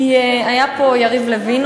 כי היה פה יריב לוין,